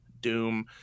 Doom